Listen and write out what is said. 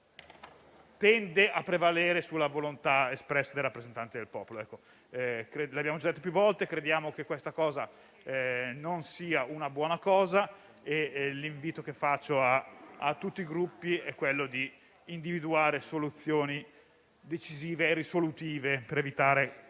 tende a prevalere sulla volontà espressa dai rappresentanti del popolo. Abbiamo già detto più volte che crediamo che questa non sia una buona cosa e l'invito che faccio a tutti i Gruppi è quello di individuare soluzioni decisive e risolutive per evitare